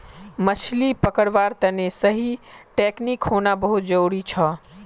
मछली पकड़वार तने सही टेक्नीक होना बहुत जरूरी छ